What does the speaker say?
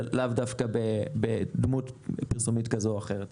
ולאו דווקא בדמות פרסומית כזאת או אחרת.